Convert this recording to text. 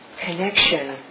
connection